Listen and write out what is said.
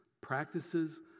practices